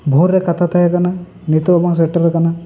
ᱵᱷᱳᱨ ᱨᱮ ᱠᱟᱛᱷᱟ ᱛᱟᱦᱮᱸ ᱠᱟᱱᱟ ᱱᱤᱛᱚᱜ ᱦᱚᱸ ᱵᱟᱝ ᱥᱮᱴᱮᱨ ᱟᱠᱟᱱᱟ